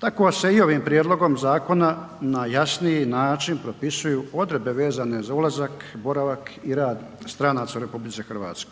tako se i ovim prijedlogom zakona na jasniji način propisuju odredbe vezane za ulazak, boravak i rad stranaca u RH.